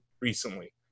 recently